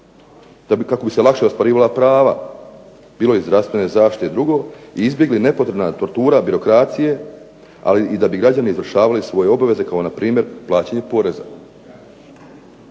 da se, kako bi se lakše ostvarivala prava, bilo iz zdravstvene zaštite i drugo i izbjegla nepotrebna tortura birokracije, ali i da bi građani izvršavali svoje obaveze kao npr. plaćanje poreza.